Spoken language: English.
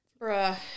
Bruh